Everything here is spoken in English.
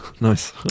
Nice